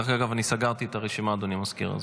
דרך אגב, אני סגרתי את הרשימה, אדוני המזכיר.